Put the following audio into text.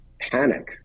panic